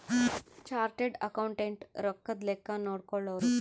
chartered accountant ರೊಕ್ಕದ್ ಲೆಕ್ಕ ನೋಡ್ಕೊಳೋರು